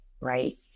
right